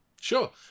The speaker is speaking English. Sure